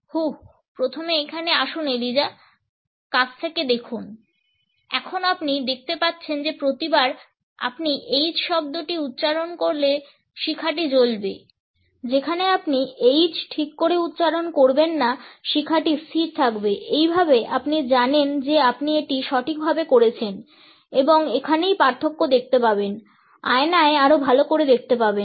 হুহ যেখানে আপনি h ঠিক করে উচ্চারণ করবেননা শিখাটি স্থির থাকবে এইভাবে আপনি জানেন যে আপনি এটি সঠিকভাবে করেছেন এবং এখানেই পার্থক্য দেখতে পাবেন আয়নায় আরও ভালো করে দেখতে পাবেন